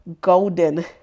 golden